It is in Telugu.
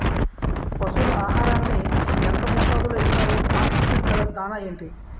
పశువుల ఆహారాన్ని యెంత మోతాదులో ఇస్తారు? కాన్సన్ ట్రీట్ గల దాణ ఏంటి?